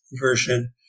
version